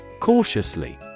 Cautiously